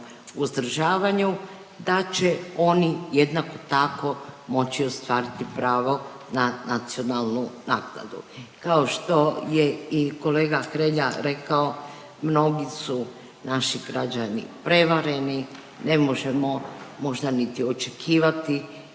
uzdržavanju, da će oni jednako tako moći ostvariti pravo na nacionalnu naknadu. Kao što je i kolega Hrelja rekao, mnogi su naši građani prevareni. Ne možemo možda niti očekivati